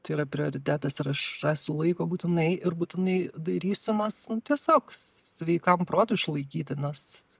tai yra prioritetas ir aš rasiu laiko būtinai ir būtinai darysiu nes tiesiog sveikam protui išlaikyti nes